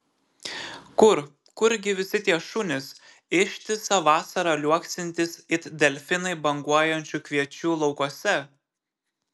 kur kurgi visi tie šunys ištisą vasarą liuoksintys it delfinai banguojančių kviečių laukuose